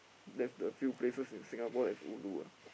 there's the few places in Singapore that's ulu ah